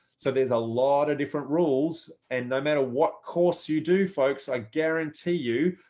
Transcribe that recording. so there's a lot of different rules and no matter what course you do, folks, i guarantee you,